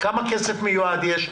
כמה כסף מיועד יש?